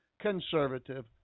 conservative